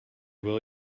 will